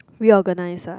reorganize ah